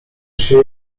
się